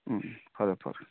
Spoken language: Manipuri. ꯎꯝ ꯐꯔꯦ ꯐꯔꯦ